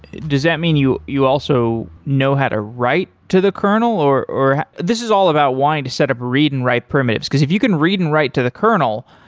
does that mean you you also know how to write to the kernel or or this is all about wanting to set up read and write primitives, because if you can read and write to the kernel,